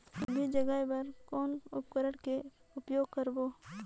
गोभी जगाय बर कौन उपकरण के उपयोग करबो?